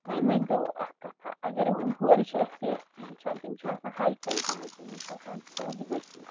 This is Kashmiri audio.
وۄنۍ ؤنۍتو اکھ کتھاہ اگر ہورٕ چھ اَسہِ سی ایس ٹی وٕچھان تِم چھ آسان ہاے فاے گٔمٕتۍ تِم چھ آسان تھوٚد ؤتھۍمٕتۍ